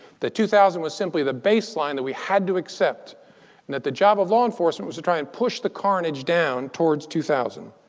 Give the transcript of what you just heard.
that two thousand was simply the baseline that we had to accept. and that the job of law enforcement was to try and push the carnage down towards two thousand.